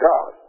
God